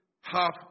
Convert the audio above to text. half